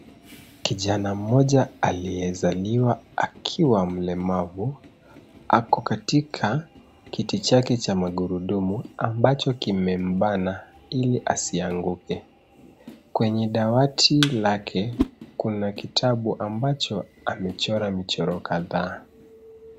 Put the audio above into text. Kijana mmoja aliyezaliwa akiwa mlemavu ako katika kiti chake cha magurudumu ambacho kimembana ili asianguke, kwenye dawati lake kuna kitabu ambacho amechora michoro kadhaa.